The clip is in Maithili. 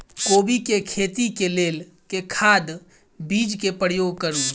कोबी केँ खेती केँ लेल केँ खाद, बीज केँ प्रयोग करू?